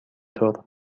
طور